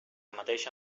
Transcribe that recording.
mateixa